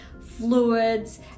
fluids